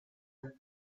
love